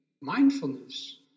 mindfulness